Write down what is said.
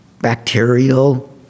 bacterial